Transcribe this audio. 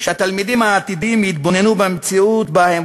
תלמידים עתידיים להתבונן במציאות שבה הם